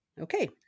Okay